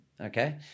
okay